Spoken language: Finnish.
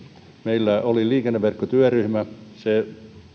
meillä oli liikenneverkkotyöryhmä se oli